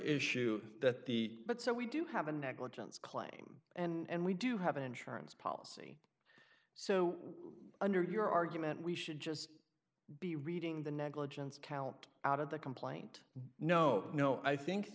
issue that the but so we do have a negligence claim and we do have an insurance policy so under your argument we should just be reading the negligence count out of the complaint no no i think